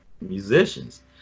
musicians